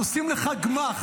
אז עושים לך גמ"ח.